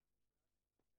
תקנות,